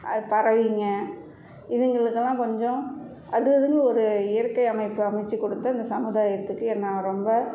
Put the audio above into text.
அது பறவைங்கள் இதுங்களுக்கெல்லாம் கொஞ்சம் அது இதுன்னு ஒரு இயற்கை அமைப்பு அமைச்சி கொடுத்து அந்த சமுதாயத்துக்கு நான் ரொம்ப